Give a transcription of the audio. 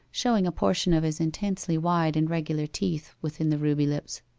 showing a portion of his intensely wide and regular teeth within the ruby lips.